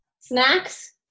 snacks